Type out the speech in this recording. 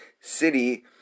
city